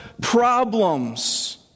problems